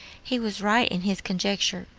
he was right in his conjecture,